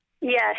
Yes